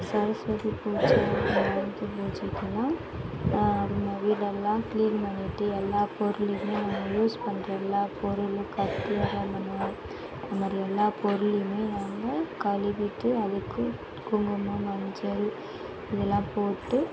சரஸ்வதி பூஜை ஆயுத பூஜைக்கெல்லாம் நம்ம வீடெல்லாம் க்ளீன் பண்ணிவிட்டு எல்லா பொருளையுமே வந்து யூஸ் பண்ணுற எல்லா பொருளும் கத்தி அருவாமனை அந்த மாதிரி எல்லா பொருளையுமே நாங்கள் கழுவிட்டு அதுக்கு குங்குமம் மஞ்சள் இதெலாம் போட்டு